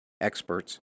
experts